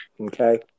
Okay